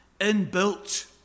inbuilt